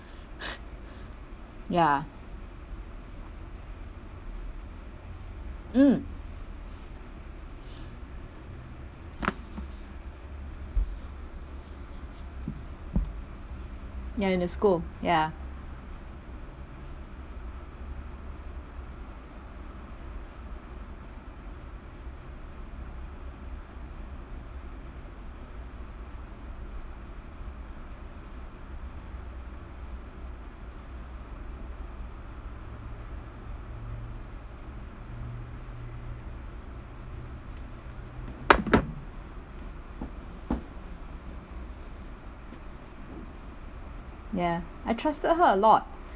ya mm ya in the school ya ya I trusted her a lot